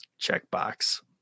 Checkbox